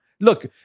Look